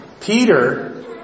Peter